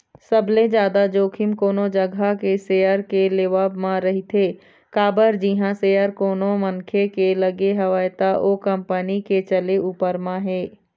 सबले जादा जोखिम कोनो जघा के सेयर के लेवब म रहिथे काबर जिहाँ सेयर कोनो मनखे के लगे हवय त ओ कंपनी के चले ऊपर म हे